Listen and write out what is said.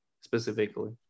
specifically